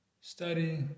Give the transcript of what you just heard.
study